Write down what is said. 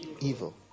Evil